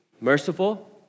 Merciful